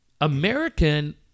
American